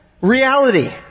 reality